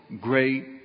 great